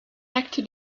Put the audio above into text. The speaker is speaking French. acte